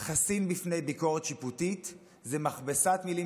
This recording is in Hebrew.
חסין בפני ביקורת שיפוטית זו מכבסת מילים